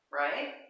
right